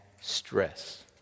stress